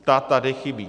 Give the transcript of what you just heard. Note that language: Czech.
Ta tady chybí.